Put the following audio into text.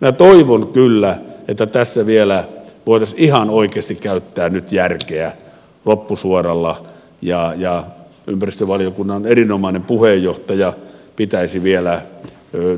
minä toivon kyllä että tässä vielä voitaisiin ihan oikeasti käyttää nyt järkeä loppusuoralla ja ympäristövaliokunnan erinomainen puheenjohtaja pitäisi vielä